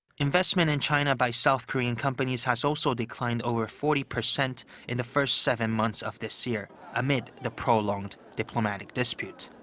investment in china by south korean companies has also declined over forty percent in the first seven months of this year amid the prolonged diplomatic dispute.